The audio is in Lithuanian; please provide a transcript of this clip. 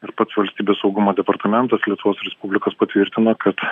ir pats valstybės saugumo departamentas lietuvos respublikos patvirtino kad